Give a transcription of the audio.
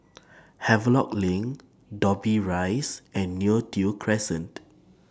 Havelock LINK Dobbie Rise and Neo Tiew Crescent